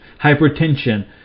hypertension